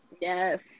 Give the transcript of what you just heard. yes